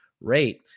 rate